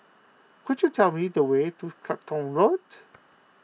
could you tell me the way to Clacton Road